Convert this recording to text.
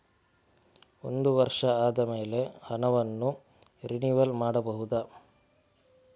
ಒಂದು ವರ್ಷ ಆದಮೇಲೆ ಹಣವನ್ನು ರಿನಿವಲ್ ಮಾಡಬಹುದ?